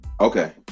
Okay